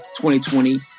2020